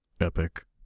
Epic